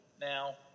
now